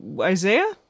Isaiah